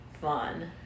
fun